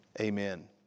Amen